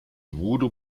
voodoo